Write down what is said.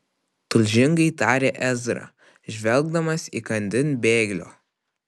tulžingai tarė ezra žvelgdamas įkandin bėglio